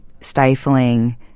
stifling